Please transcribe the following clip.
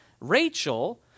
Rachel